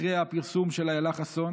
אחרי הפרסום של אילה חסון,